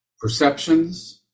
perceptions